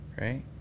right